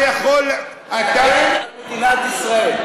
להגן על מדינת ישראל.